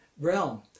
realm